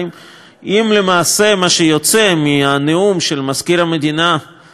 אם למעשה מהנאום של מזכיר המדינה האמריקני,